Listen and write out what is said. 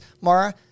Mara